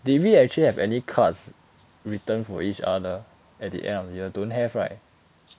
did we actually have any cards written for each other at the end of year two don't have right